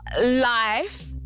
life